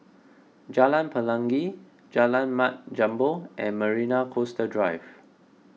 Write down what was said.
Jalan Pelangi Jalan Mat Jambol and Marina Coastal Drive